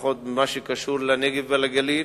לפחות במה שקשור לנגב ולגליל.